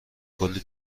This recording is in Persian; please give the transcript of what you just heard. کلی